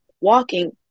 walking